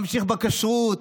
ממשיך בכשרות,